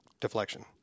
deflection